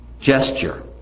gesture